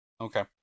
Okay